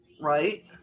Right